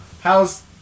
How's